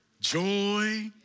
joy